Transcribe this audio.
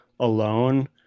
alone